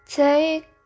take